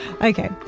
Okay